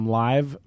live